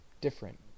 different